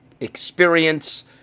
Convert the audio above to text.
experience